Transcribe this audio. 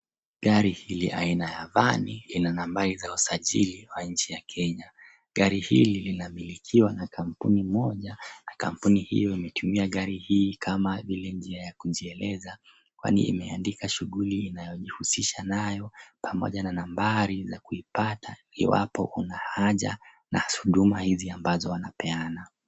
Gari hili aina ya vani, lina nambari za usajili wa nchi ya Kenya. Gari hili linamilikiwa na kampuni moja, na kampuni hiyo inatumia gari hii kama vile njia ya kujieleza, kwani imeandika shughuli inayojihusisha nayo pamoja na nambari za kuipata iwapo una haja na huduma hizi ambazo wanapeana.